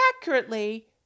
accurately